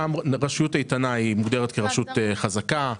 רשות איתנה מוגדרת כרשות חזקה.